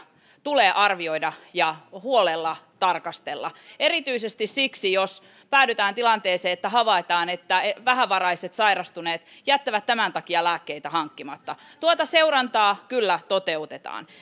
tulee arvioida ja huolella tarkastella erityisesti siksi jos päädytään tilanteeseen että havaitaan että vähävaraiset sairastuneet jättävät tämän takia lääkkeitä hankkimatta tuota seurantaa kyllä toteutetaan